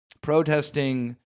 protesting